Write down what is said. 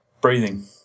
breathing